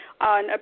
on